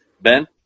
Ben